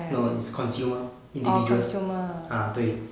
no is consumer individuals 啊对